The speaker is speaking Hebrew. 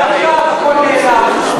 ועכשיו הכול נעלם.